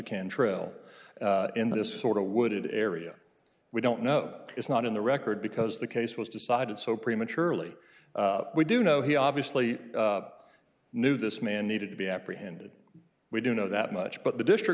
cantrell in this sort of wooded area we don't know is not in the record because the case was decided so prematurely we do know he obviously knew this man needed to be apprehended we do know that much but the district